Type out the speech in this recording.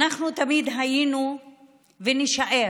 אנחנו תמיד היינו ונישאר